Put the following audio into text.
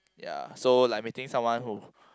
ya so like meeting someone who